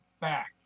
back